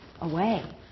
away